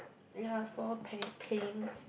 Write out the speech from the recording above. ya four paint paints